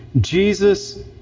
Jesus